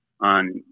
on